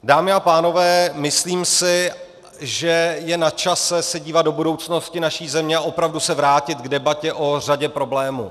Dámy a pánové, myslím si, že je na čase se dívat do budoucnosti naší země a opravdu se vrátit k debatě o řadě problémů.